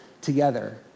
together